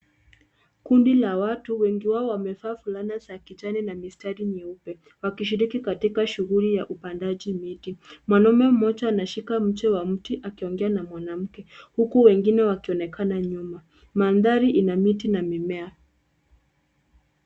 Kundi la watu wengi wao wamevaa fulana za kijani na mistari nyeupe wakishiriki katika shughuli ya upandaji miti mwanaume mmoja anashika mche wa mti akiongea na mwanamke huku wengine wakionekana nyuma mandhari ina miti na mimea.